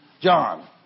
John